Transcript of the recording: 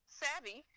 savvy